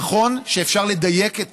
נכון שאפשר לדייק את